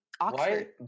Oxford